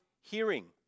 hearing